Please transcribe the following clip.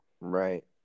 Right